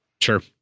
Sure